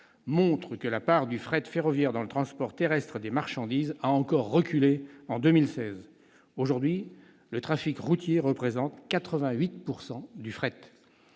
montrent que la part du fret ferroviaire dans le transport terrestre de marchandises a encore reculé en 2016. Aujourd'hui, le trafic routier représente 88 % du fret.